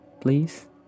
please